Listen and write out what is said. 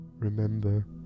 Remember